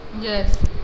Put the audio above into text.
Yes